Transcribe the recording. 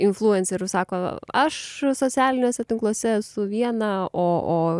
influencerių sako aš socialiniuose tinkluose esu viena o o